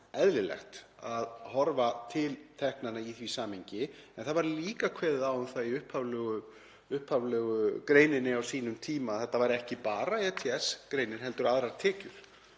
eðlilegt að horfa til teknanna í því samhengi. En það var líka kveðið á um það í upphaflegu greininni á sínum tíma að þetta væru ekki bara ETS-greiðslurnar heldur aðrar tekjur,